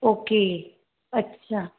okay अछा